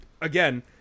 again